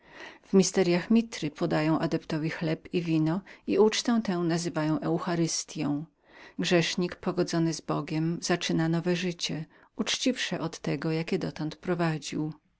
w tajemnicach mithry podają adeptowi chleb i wino i ucztę tę nazywają eucharystyą grzesznik pogodzony z bogiem zaczyna nowe życie uczciwsze od tego jakie dotąd prowadził